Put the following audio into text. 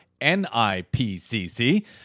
NIPCC